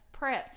prepped